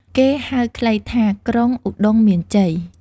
គេហៅខ្លីថា " ក្រុងឧត្តុង្គមានជ័យ " ។